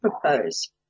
propose